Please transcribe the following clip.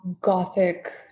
gothic